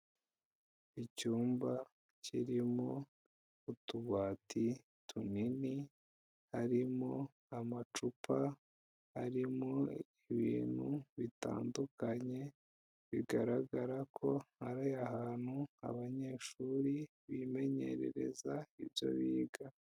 Icyumba kirimo utubati tunini harimo amacupa arimo ibintu bitandukanye, bigaragara ko ari ahantu abanyeshuri bimenyerereza ibyo biga.